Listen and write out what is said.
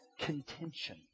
contention